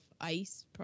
ice